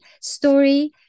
story